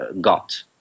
got